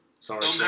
Sorry